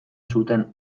zuten